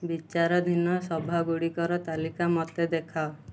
ବିଚାରାଧୀନ ସଭା ଗୁଡ଼ିକର ତାଲିକା ମୋତେ ଦେଖାଅ